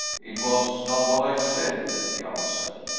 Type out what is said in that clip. it was not what i said, he answered.